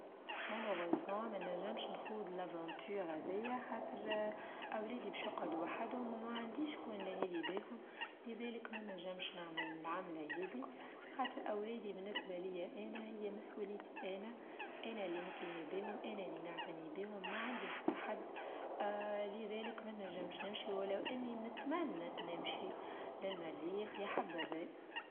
مالوغيزيو ما ناچمش نخوض لاڤانتيوا هاديا خاطر أولادي باش يقعدوا وحدهم وما عنديش قو لآلهى باهم لذلك ما نچمش نعمل العملة هاذي خاطر أولادي بالنسبة ليا أنا هي مسؤوليتي أنا أنا اللي نتلهي باهم أنا اللى نعتنى بيهم ما عندي حتى حد لذلك ما نچمش نمشي ولو إني نتمنى نمشي للمريخ يا حبذا.